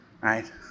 Right